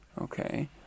Okay